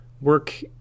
work